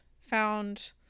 found